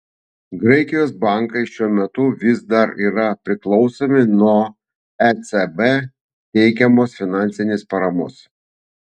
graikijos bankai šiuo metu vis dar yra priklausomi nuo ecb teikiamos finansinės paramos